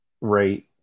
Right